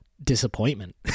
Disappointment